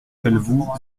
pelvoux